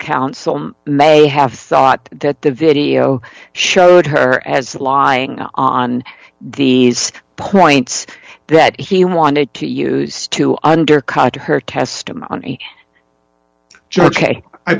counsel may have thought that the video showed her as lying on these points that he wanted to use to undercut her testimony